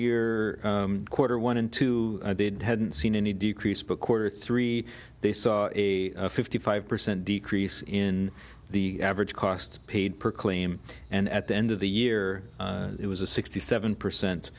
year quarter one and two they hadn't seen any decrease but quarter three they saw a fifty five percent decrease in the average cost paid per claim and at the end of the year it was a sixty seven percent